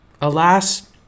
Alas